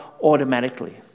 automatically